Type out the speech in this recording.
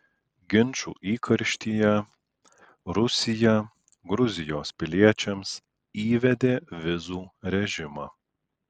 ginčų įkarštyje rusija gruzijos piliečiams įvedė vizų režimą